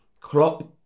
Klopp